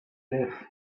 live